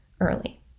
early